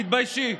תתביישי.